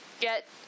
get